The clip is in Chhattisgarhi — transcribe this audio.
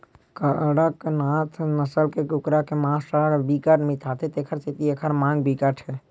कड़कनाथ नसल के कुकरा के मांस ह बिकट मिठाथे तेखर सेती एखर मांग बिकट हे